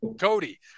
Cody